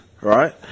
right